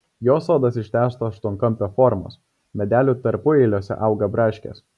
jo sodas ištęsto aštuonkampio formos medelių tarpueiliuose auga braškės